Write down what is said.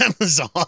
Amazon